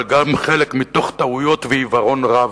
אבל גם חלק מתוך טעויות ועיוורון רב.